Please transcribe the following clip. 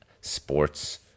sports